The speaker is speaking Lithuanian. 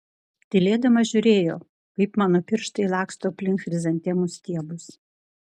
tylėdama žiūrėjo kaip mano pirštai laksto aplink chrizantemų stiebus